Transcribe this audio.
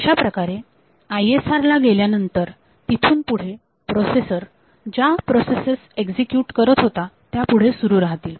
अशाप्रकारे ISR ला गेल्यानंतर तिथून पुढे प्रोसेसर ज्या प्रोसेसेस एक्झिक्युट करत होता त्या पुढे सुरू राहतील